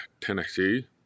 Tennessee